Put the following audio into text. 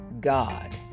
God